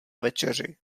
večeři